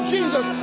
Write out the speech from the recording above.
Jesus